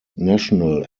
national